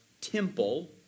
temple